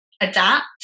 adapt